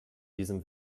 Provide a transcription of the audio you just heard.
diesem